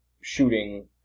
shooting